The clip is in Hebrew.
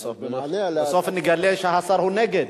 בסוף נגלה שהשר הוא נגד.